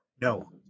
no